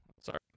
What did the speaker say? Sorry